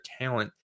talent